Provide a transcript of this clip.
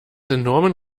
enormen